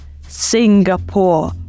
Singapore